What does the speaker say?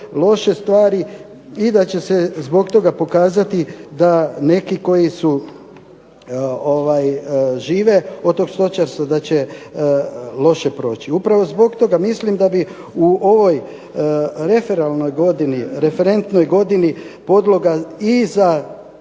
loše stvari i da će se zbog toga pokazati da neki koji žive od tog stočarstva da će loše proći. Upravo zbog toga mislim da bi u ovoj referentnoj godini podloga i za